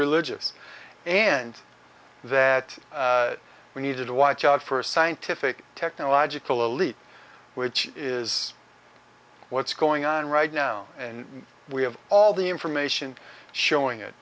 religious and that we need to watch out for scientific technological elite which is what's going on right now and we have all the information showing it